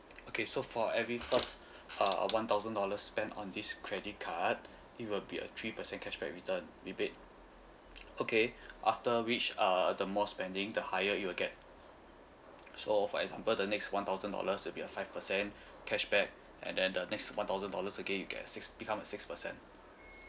okay so for every first uh one thousand dollars spent on this credit card it will be a three percent cashback returned rebate okay after reached uh the more spending the higher you will get so for example the next one thousand dollars will be a five percent cashback and then the next one thousand dollars again you get a six become a six percent